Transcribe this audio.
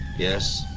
yes,